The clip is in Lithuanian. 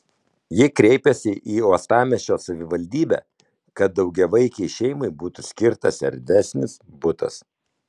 ji kreipėsi į uostamiesčio savivaldybę kad daugiavaikei šeimai būtų skirtas erdvesnis butas